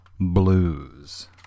Blues